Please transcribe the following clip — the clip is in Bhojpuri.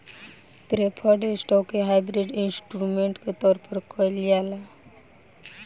प्रेफर्ड स्टॉक के हाइब्रिड इंस्ट्रूमेंट के तौर पर कइल जाला